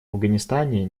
афганистане